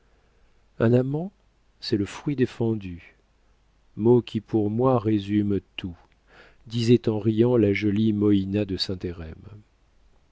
un amant c'est le fruit défendu mot qui pour moi résume tout disait en riant la jolie moïna de